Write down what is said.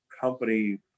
company